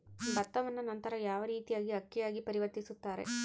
ಭತ್ತವನ್ನ ನಂತರ ಯಾವ ರೇತಿಯಾಗಿ ಅಕ್ಕಿಯಾಗಿ ಪರಿವರ್ತಿಸುತ್ತಾರೆ?